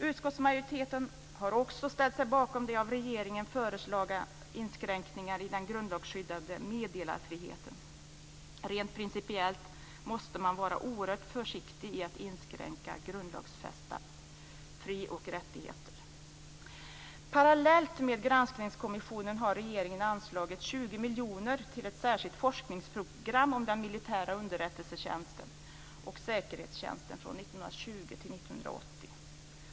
Utskottsmajoriteten har också ställt sig bakom de av regeringen föreslagna inskränkningarna i den grundlagsskyddade meddelarfriheten. Rent principiellt måste man vara oerhört försiktig i att inskränka grundlagsfästa fri och rättigheter. Parallellt med Granskningskommissionen har regeringen anslagit 20 miljoner till ett särskilt forskningsprogram om den militära underrättelsetjänsten och säkerhetstjänsten från 1920 till 1980.